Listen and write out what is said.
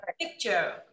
picture